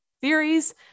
theories